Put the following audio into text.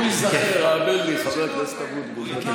הוא ייזכר, האמן לי, חבר הכנסת אבוטבול.